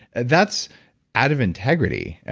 that's out of integrity.